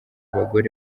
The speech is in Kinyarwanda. abagore